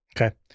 Okay